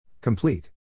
Complete